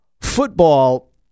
football